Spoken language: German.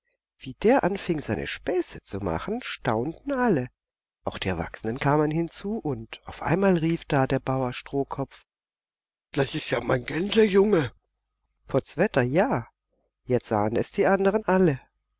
wie der anfing seine späße zu machen staunten alle auch die erwachsenen kamen hinzu und auf einmal rief da der bauer strohkopf das ist ja mein gänsejunge potzwetter ja jetzt sahen es die andern alle